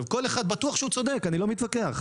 כל אחד בטוח שהוא צודק, אני לא מתווכח.